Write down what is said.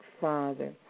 father